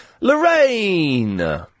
Lorraine